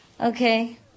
Okay